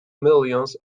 millions